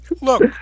look